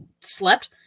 slept